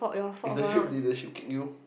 is a hip did the sheep kick you